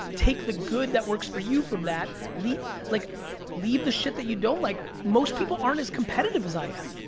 take the good that works for you from that, leave like leave the shit that you don't like. most people aren't as competitive as i am.